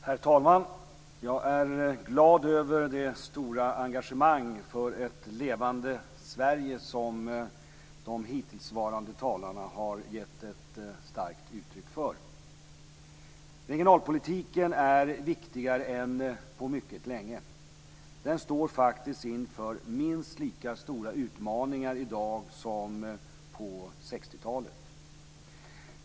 Herr talman! Jag är glad över det stora engagemang för ett levande Sverige som de hittillsvarande talarna har gett ett starkt uttryck för. Regionalpolitiken är viktigare än på mycket länge. Den står faktiskt inför minst lika stora utmaningar i dag som på 60-talet.